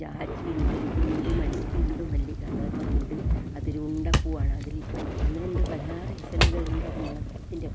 ജാജിയുണ്ട് ഗുണ്ടു മ ദുണ്ടു മല്ലികാന്ന് പറഞ്ഞിട്ടുണ്ട് അതൊരു ഉണ്ട പൂവാണ് അതിൽ പന്ത്രണ്ട് പതിനാറ് ഇതളുകൾ ഉണ്ട് അത് മണത്തിൻ്റെ